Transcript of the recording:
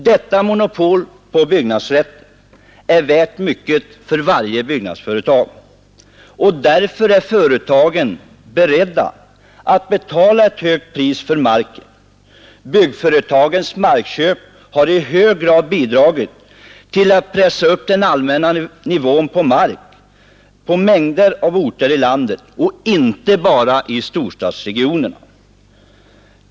Detta monopol på byggnadsrätten är värt mycket för varje byggföretag, och därför är företagen beredda att betala ett högt pris för marken. Byggföretagens markköp har i hög grad bidragit till att pressa upp den allmänna prisnivån på mark inom en mängd orter i landet och inte bara i storstadsregionerna.